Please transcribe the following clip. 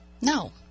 No